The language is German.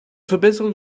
verbesserung